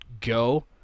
go